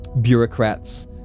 bureaucrats